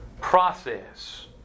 process